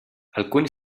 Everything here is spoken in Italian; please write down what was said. alcuni